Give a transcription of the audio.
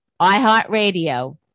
iHeartRadio